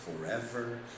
forever